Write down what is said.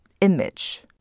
image